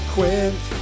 Quint